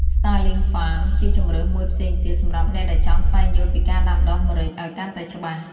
Starling Farm ជាជម្រើសមួយផ្សេងទៀតសម្រាប់អ្នកដែលចង់ស្វែងយល់ពីការដាំដុះម្រេចអោយកាន់តែច្បាស់ ។